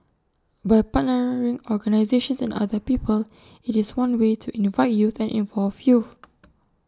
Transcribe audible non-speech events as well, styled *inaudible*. by partnering organisations and other people IT is one way to invite youth and involve youth *noise*